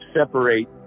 separate